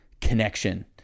connection